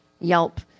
Yelp